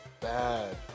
bad